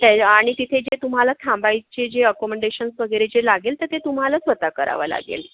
त्याच्या आणि तिथे जे तुम्हाला थांबायचे जे अकोमोडेशन वगैरे जे लागेल ते तुम्हाला स्वत करावं लागेल